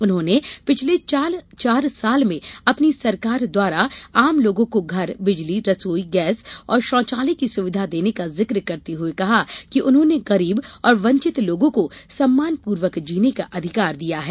उन्होंने पिछले चार साल में अपनी सरकार द्वारा आम लोगों को घर बिजली रसोई गैस और शौचालय की सुविधा देने का जिक्र करते हुए कहा कि उन्होंने गरीब और वंचित लोगों को सम्मानपूर्वक जीने का अधिकार दिया है